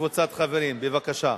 וקבוצת חברים, בבקשה.